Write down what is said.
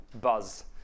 buzz